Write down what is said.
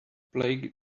play